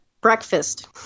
Breakfast